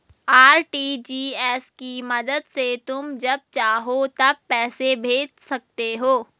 RTGS की मदद से तुम जब चाहो तब पैसे भेज सकते हो